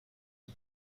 who